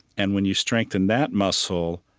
and when you strengthen that muscle,